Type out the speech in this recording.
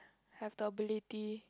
have the ability